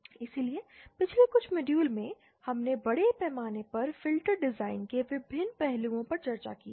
इसलिए पिछले कुछ मॉड्यूल में हमने बड़े पैमाने पर फ़िल्टर डिज़ाइन के विभिन्न पहलुओं पर चर्चा की थी